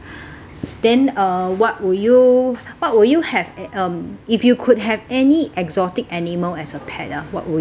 then uh what would you what would you have um if you could have any exotic animal as a pet ah what would it be